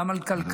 גם על כלכלה,